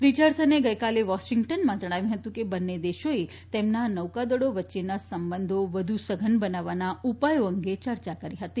રીચાર્ડસને ગઇકાલે વોશિંગ્ટનમાં જણાવ્યું હતું કે બંને દેશોએ તેમના નૌકાદળો વચ્ચેના સંબંધો વધુ સઘન બનાવવાના ઉપાયો અંગે ચર્ચા કરી હતી